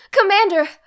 Commander